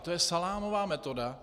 To je salámová metoda.